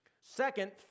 Second